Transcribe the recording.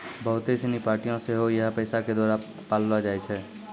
बहुते सिनी पार्टियां सेहो इहे पैसा के द्वारा पाललो जाय छै